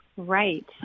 Right